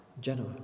Genoa